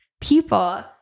people